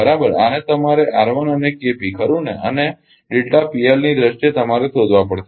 બરાબર આને તમારે અને ખરુ ને અને ની દ્રષ્ટિએ શોધવા પડશે